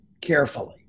carefully